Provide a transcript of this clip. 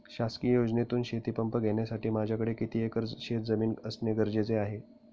शासकीय योजनेतून शेतीपंप घेण्यासाठी माझ्याकडे किती एकर शेतजमीन असणे गरजेचे आहे?